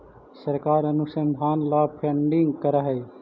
सरकार अनुसंधान ला फंडिंग करअ हई